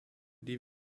die